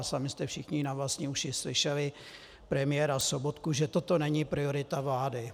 Sami jste všichni na vlastní uši slyšeli premiéra Sobotku, že toto není priorita vlády.